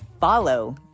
follow